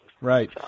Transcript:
Right